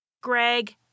Greg